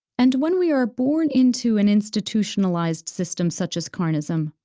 and when we are born into an institutionalized system such as carnism,